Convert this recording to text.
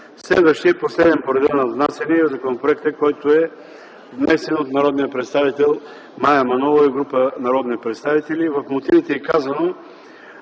Последен по реда на внасяне е законопроектът, който е внесен от народния представител Мая Манолова и група народни представители. В мотивите е казано,